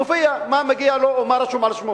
מופיע מה מגיע לו ומה רשום על שמו?